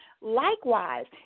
Likewise